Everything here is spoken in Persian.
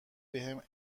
بهم